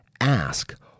ask